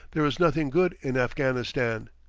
there is nothing good in afghanistan.